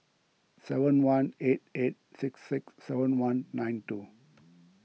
seven one eight eight six six seven one nine two